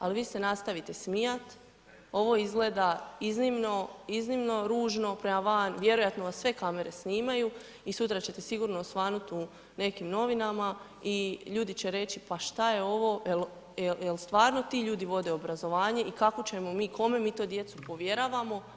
Ali vi se nastavite smijat, ovo izgleda iznimno, iznimno ružno prema van, vjerojatno vas sve kamere snimaju i sutra ćete sigurno osvanut u nekim novinama i ljudi će reći pa šta je ovo, jel stvarno ti ljudi vode obrazovanje i kako ćemo mi, kome mi to djecu povjeravamo.